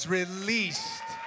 released